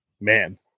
man